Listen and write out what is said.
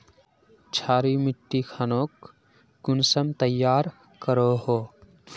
क्षारी मिट्टी खानोक कुंसम तैयार करोहो?